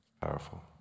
Powerful